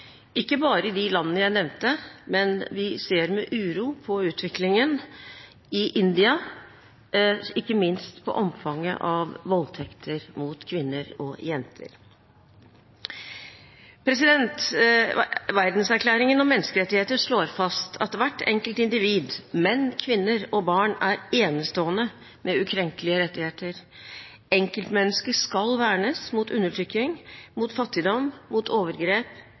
ikke bare i de landene jeg nevnte, men vi ser med uro på utviklingen i India, ikke minst på omfanget av voldtekter mot kvinner og jenter. Verdenserklæringen om menneskerettigheter slår fast at hvert enkelt individ – menn, kvinner og barn – er enestående, med ukrenkelige rettigheter. Enkeltmennesket skal vernes mot undertrykking, mot fattigdom, mot overgrep